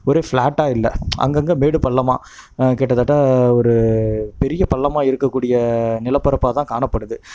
ஒரு ஃப்ளாட்டாக இல்லை அங்கங்க மேடு பள்ளமாக கிட்டதட்ட ஒரு பெரிய பள்ளமாக இருக்கக்கூடிய நிலப்பரப்பாகதான் காணப்படுது